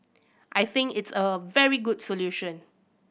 I think it's a very good solution